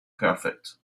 perfect